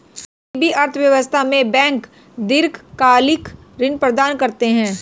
किसी भी अर्थव्यवस्था में बैंक दीर्घकालिक ऋण प्रदान करते हैं